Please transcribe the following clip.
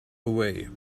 away